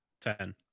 Ten